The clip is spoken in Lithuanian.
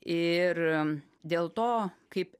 ir dėl to kaip